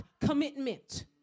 commitment